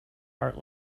art